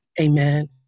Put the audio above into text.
Amen